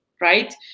right